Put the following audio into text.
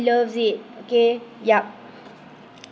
loves it okay yup